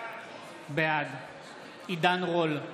בעד עידן רול,